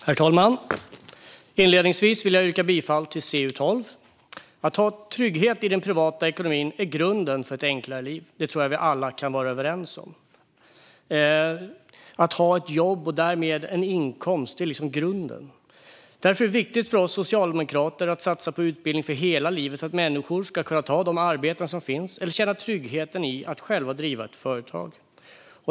Herr talman! Inledningsvis vill jag yrka bifall till förslaget i betänkande CU12. Att ha trygghet i den privata ekonomin är grunden för ett enklare liv. Det tror jag att vi alla kan vara överens om. Grunden för det är att ha ett jobb och därmed en inkomst. Därför är det viktigt för oss socialdemokrater att satsa på utbildning för hela livet, för att människor ska kunna ta de arbeten som finns eller känna trygghet i att själva driva företag.